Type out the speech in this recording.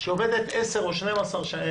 שעובדת 10 או 12 שנים